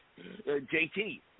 JT